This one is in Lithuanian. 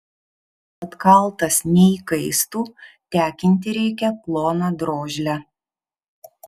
kad kaltas neįkaistų tekinti reikia ploną drožlę